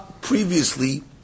previously